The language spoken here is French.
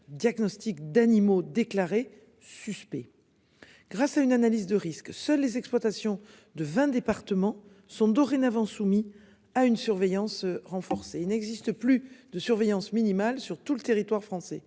diagnostic d'animaux déclarés suspects. Grâce à une analyse de risques. Seules les exploitations de 20 départements sont dorénavant soumis à une surveillance renforcée. Il n'existe plus de surveillance minimale sur tout le territoire français.